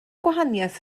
gwahaniaeth